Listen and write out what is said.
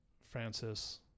Francis